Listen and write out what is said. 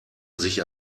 sich